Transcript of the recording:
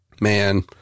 man